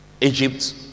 egypt